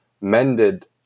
mended